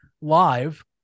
live